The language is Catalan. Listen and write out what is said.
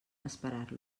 esperar